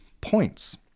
points